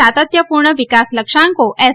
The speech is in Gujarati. સાતત્યપૂર્ણ વિકાસ લક્ષ્યાંકો એસ